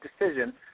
decision